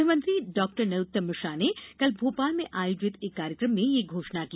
गृहमंत्री डॉक्टर नरोत्तम मिश्रा ने कल भोपाल में आयोजित एक कार्यकम में ये घोषणा की